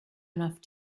enough